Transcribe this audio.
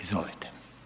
Izvolite.